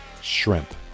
shrimp